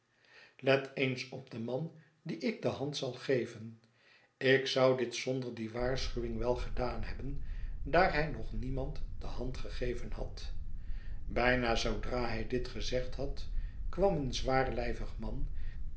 let eens op den man dien ik de hand zal geven ik zou dit zonder die waarschuwing wel gedaan hebben daar hij nog niemand de hand gegeven had bijna zoodra hij dit gezegd had kwam een zwaarlijvig man